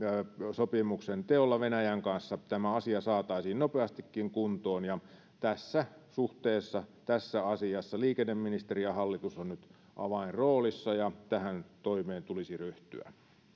sopimuksenteolla venäjän kanssa tämä asia saataisiin nopeastikin kuntoon tässä suhteessa tässä asiassa liikenneministeri ja hallitus ovat nyt avainroolissa ja tähän toimeen tulisi ryhtyä